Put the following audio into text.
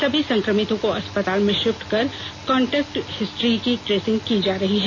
सभी संक्रमितों को अस्पताल में षिफ्ट कर कॉन्टेक्ट हिस्ट्री की ट्रेसिंग की जा रही है